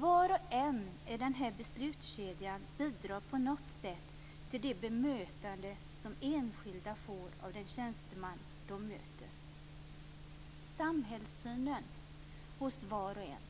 Var och en i denna beslutskedja bidrar på något sätt till det bemötande som enskilda får av den tjänsteman de möter. Samhällssynen hos var och en,